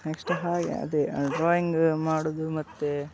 next ಹಾಗೆ ಅದೇ drawing ಮಾಡೋದು ಮತ್ತೆ